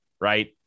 right